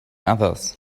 others